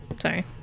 Sorry